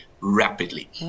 rapidly